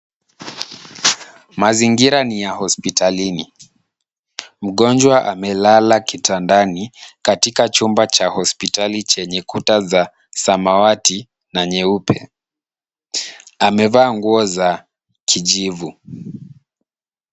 Mazingira ni ya hospitalini. Mgonjwa amelala kitandani katika chumba cha hospitali chenye kuta za samawati na nyeupe. Amevaa nguo za kijivu.